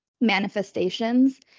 manifestations